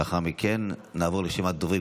לאחר מכן נעבור לרשימת דוברים,